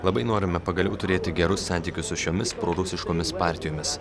labai norime pagaliau turėti gerus santykius su šiomis prorusiškomis partijomis